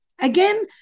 again